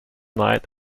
night